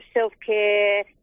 self-care